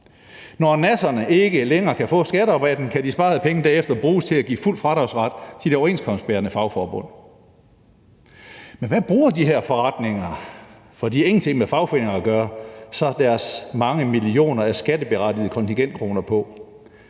Når nasserne ikke længere kan få skatterabatten, kan de sparede penge derefter bruges til at give fuld fradragsret til de overenskomstbærende fagforbund. Men hvad bruger de her forretninger – for de har ingenting med fagforeninger at gøre – så deres mange millioner af skattefradragsberettigede kontingentkroner på?